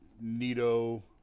Nito